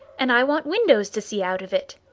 and i want windows to see out of it.